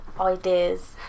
Ideas